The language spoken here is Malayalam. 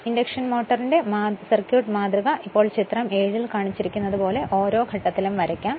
ഇൻഡക്ഷൻ മോട്ടോറിന്റെ സർക്യൂട്ട് മാതൃക ഇപ്പോൾ ചിത്രം 7a ൽ കാണിച്ചിരിക്കുന്നതുപോലെ ഓരോ ഘട്ടത്തിലും വരയ്ക്കാം